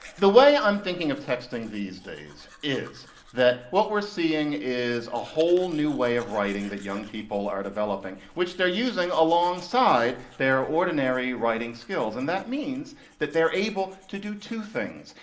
the way i'm thinking of texting these days is that what we're seeing is a whole new way of writing that young people are developing, which they're using alongside their ordinary writing skills, and that means that they're able to do two things.